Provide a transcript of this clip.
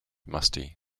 musty